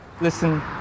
Listen